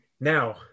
now